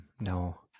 no